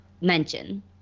mention